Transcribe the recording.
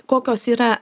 kokios yra